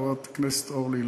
חברת הכנסת אורלי לוי,